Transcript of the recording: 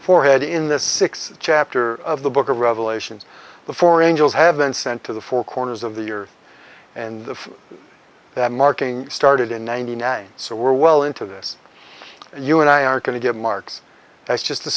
forehead in the sixth chapter of the book of revelations before angels have been sent to the four corners of the earth and that marking started in ninety nine so we're well into this and you and i are going to get marks that's just